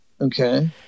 Okay